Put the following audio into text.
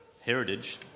heritage